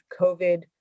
COVID